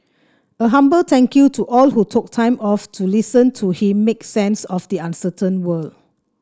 a humble thank you to all who took time off to listen to him make sense of the uncertain world